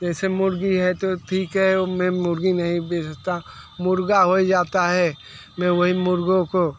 जैसे मुर्गी है तो ठीक है ओ मैं मुर्गी नहीं बेचता मुर्गा होय जाता है मैं वही मुर्गों को